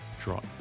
draw